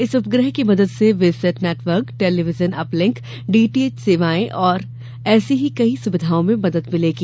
इस उपग्रह की मदद से VSAT network television uplink DTH सेवाएं और ऐसी ही कई सुविधाओं में मदद मिलेगी